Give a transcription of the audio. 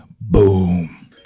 boom